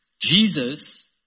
Jesus